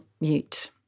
mute